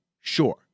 Sure